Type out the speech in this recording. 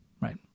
right